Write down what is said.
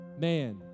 man